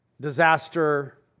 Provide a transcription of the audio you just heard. disaster